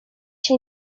się